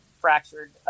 fractured